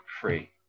free